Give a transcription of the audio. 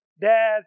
dad